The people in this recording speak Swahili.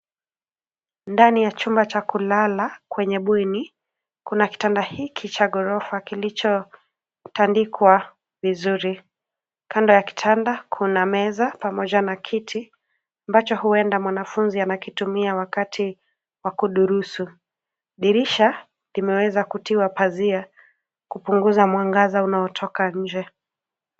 Ndani ya chumba cha kulala kwenye bweni kuna kitanda hiki cha ghorofa kilicho tandikwa vizuri, kando ya kitanda kuna meza pamoja na kiti ambacho huenda mwanafunzi anakitumia wakati wa kudurusu dirisha limeweza kutiwa pazia kupunguza mwangaza unaotoka nje.